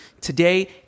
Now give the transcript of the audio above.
today